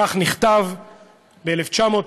כך נכתב ב-1948,